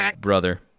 brother